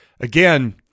again